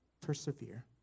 Persevere